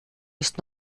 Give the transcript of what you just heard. ist